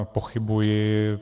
Pochybuji.